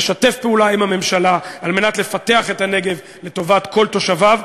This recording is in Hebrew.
לשתף פעולה עם הממשלה על מנת לפתח את הנגב לטובת כל תושביו.